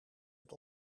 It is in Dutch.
het